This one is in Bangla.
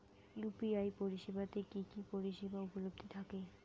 ইউ.পি.আই পরিষেবা তে কি কি পরিষেবা উপলব্ধি থাকে?